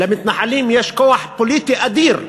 למתנחלים יש כוח פוליטי אדיר בממשלה.